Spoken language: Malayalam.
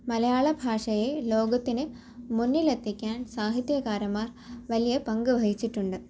മലയാള ഭാഷയെ ലോകത്തിന് മുന്നിൽ എത്തിക്കാൻ സാഹിത്യകാരന്മാർ വലിയ പങ്ക് വഹിച്ചിട്ടുണ്ട്